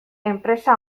enpresa